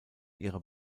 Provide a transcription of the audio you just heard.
ihrer